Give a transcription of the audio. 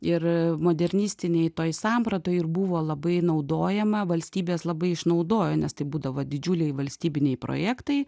ir modernistinėj toj sampratoj ir buvo labai naudojama valstybės labai išnaudojo nes tai būdavo didžiuliai valstybiniai projektai